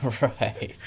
right